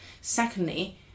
Secondly